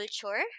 culture